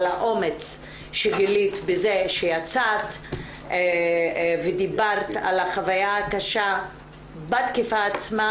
על האומץ שגילית בזה שיצאת ודיברת על החוויה הקשה בתקיפה עצמה